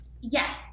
Yes